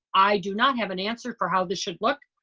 i do not have an answer for how this should look,